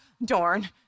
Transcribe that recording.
Dorn